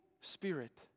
Spirit